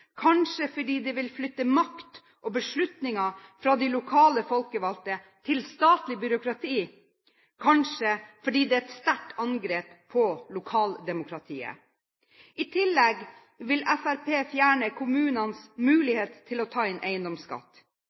kanskje fordi det vil flytte makt og beslutninger fra de lokalt folkevalgte til statlig byråkrati, kanskje fordi det er et sterkt angrep på lokaldemokratiet. I tillegg vil Fremskrittspartiet fjerne kommunenes mulighet til å ta inn eiendomsskatt.